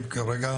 היוזמה.